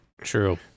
True